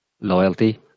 loyalty